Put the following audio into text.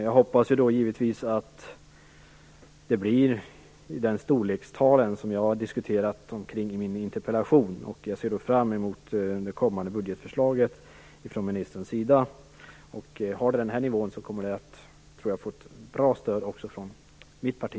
Jag hoppas givetvis att det blir i de storlekstal som jag diskuterat i min interpellation, och jag ser fram emot det kommande budgetförslaget från ministern. Ligger det på den nivån tror jag att förslaget kommer att få ett bra stöd också från mitt parti.